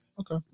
Okay